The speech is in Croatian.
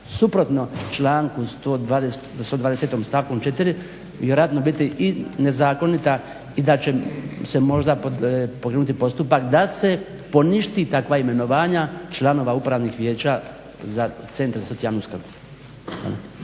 suprotno članku 120. stavkom 4. vjerojatno biti i nezakonita i da će se možda pokrenuti postupak da se poništi takva imenovanja članova upravnih vijeća za centre za socijalnu skrb.